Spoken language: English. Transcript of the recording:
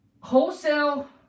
Wholesale